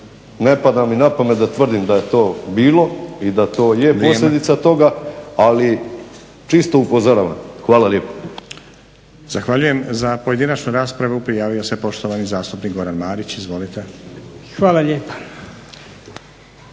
Ne pada mi na pamet da tvrdim da je to bilo i da to je posljedica toga, ali čisto upozoravam. Hvala lijepo. **Stazić, Nenad (SDP)** Zahvaljujem. Za pojedinačnu raspravu prijavio se poštovani zastupnik Goran Marić, izvolite. **Marić,